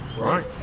right